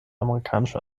amerikanische